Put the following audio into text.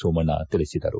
ಸೋಮಣ್ಣ ತಿಳಿಸಿದರು